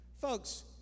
Folks